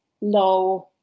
low